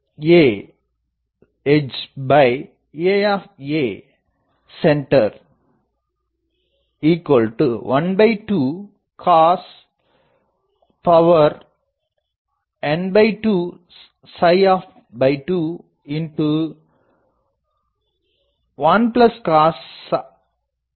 A விளிம்பு edgeAமையம் centre12cosn2opt21cosopt2